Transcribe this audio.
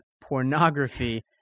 pornography